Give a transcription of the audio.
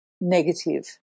negative